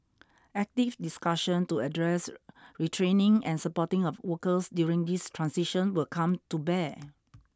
active discussion to address retraining and supporting of workers during this transition will come to bear